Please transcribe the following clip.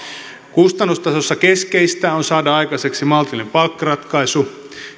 kustannustasossa keskeistä on saada aikaiseksi maltillinen palkkaratkaisu